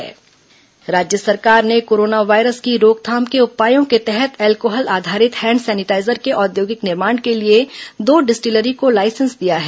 corona hand sanitiser licence राज्य सरकार ने कोरोना वायरस की रोकथाम के उपायों के तहत अल्कोहल आधारित हैंड सैनिटाईजर के औद्योगिक निर्माण के लिए दो डिस्टिलरी को लाइसेंस दिया है